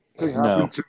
No